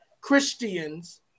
Christians